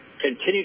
continue